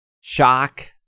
shock